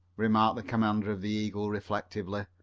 remarked the commander of the eagle reflectively.